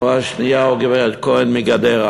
או השנייה, גברת כהן מגדרה.